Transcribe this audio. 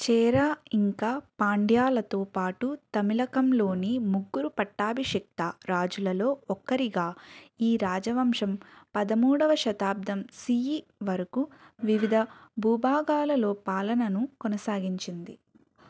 చేరా ఇంకా పాండ్యలతో పాటు తమిళకంలోని ముగ్గురు పట్టాభిషిక్త రాజులలో ఒక్కరిగా ఈ రాజవంశం పదమూడవ శతాబ్దం సీఈ వరకు వివిధ భూభాగాలలో పాలనను కొనసాగించింది